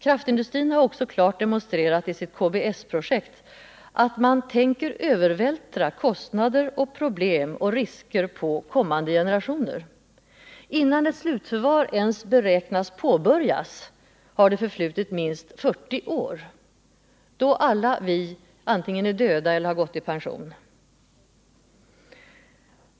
Kraftindustrin har också klart demonstrerat i sitt KBS-projekt att man tänker övervältra kostnader, problem och risker på kommande generationer. Innan ett slutförvar ens beräknas påbörjas har det förflutit minst 40 år, och då är alla vi antingen döda eller pensionerade.